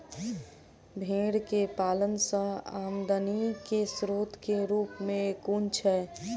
भेंर केँ पालन सँ आमदनी केँ स्रोत केँ रूप कुन छैय?